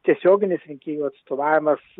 tiesioginis rinkėjų atstovavimas